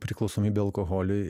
priklausomybę alkoholiui